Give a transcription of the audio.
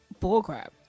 bullcrap